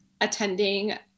attending